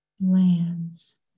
lands